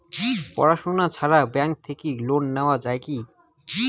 পড়াশুনা ছাড়া ব্যাংক থাকি লোন নেওয়া যায় কি?